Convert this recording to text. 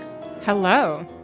Hello